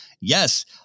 yes